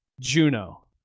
Juno